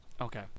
Okay